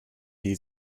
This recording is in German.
die